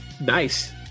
Nice